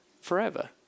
Forever